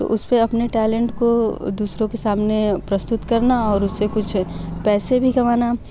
तो उसपे अपने टैलेंट को दूसरों सामने प्रस्तुत करना और उससे कुछ पैसे भी कमाना